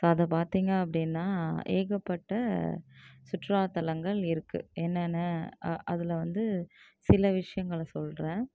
so அதை பார்த்திங்க அப்படின்னா ஏகப்பட்ட சுற்றுலாத்தலங்கள் இருக்கு என்னென்ன அ அதில் வந்து சில விஷயங்கள சொல்லுறேன்